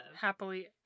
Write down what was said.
Happily